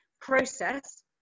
process